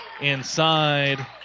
inside